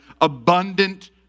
abundant